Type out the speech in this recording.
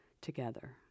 together